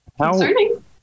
concerning